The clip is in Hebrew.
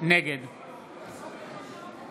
נגד